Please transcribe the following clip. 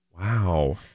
Wow